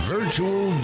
Virtual